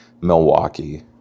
Milwaukee